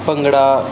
bhangra